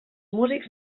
músics